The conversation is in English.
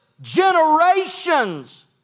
generations